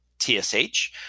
TSH